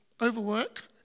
overwork